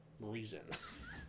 reasons